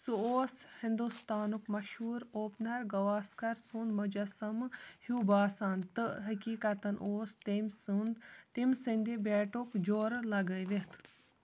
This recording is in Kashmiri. سُہ اوس ہِنٛدُستانُک مشہوٗر اوپنر گواسکر سُنٛد مُجسَمہٕ ہیوٗ باسان تہٕ حقیٖقتاً اوس تٔمۍ سُنٛد تٔمۍ سٕنٛدِ بیٹُک جورٕ لگٲوِتھ